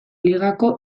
ligako